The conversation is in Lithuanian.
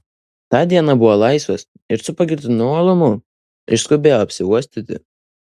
tą dieną buvo laisvas ir su pagirtinu uolumu išskubėjo apsiuostyti